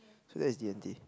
so that's D-and-T